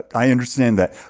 i understand that.